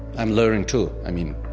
i'm learning too, i mean,